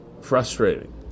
frustrating